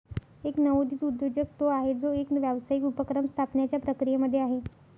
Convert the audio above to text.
एक नवोदित उद्योजक तो आहे, जो एक व्यावसायिक उपक्रम स्थापण्याच्या प्रक्रियेमध्ये आहे